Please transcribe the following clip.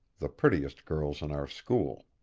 the prettiest girls in our school.